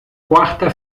quarta